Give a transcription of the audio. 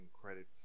credit